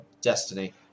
destiny